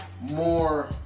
more